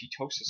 ketosis